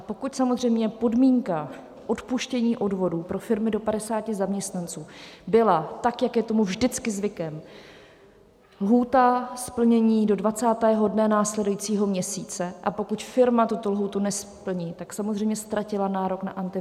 Pokud samozřejmě podmínka odpuštění odvodů pro firmy do 50 zaměstnanců byla tak, jak je tomu vždycky zvykem lhůta splnění do 20. dne následujícího měsíce a pokud firma tuto lhůtu nesplní, tak samozřejmě ztratila nárok na Antivirus C.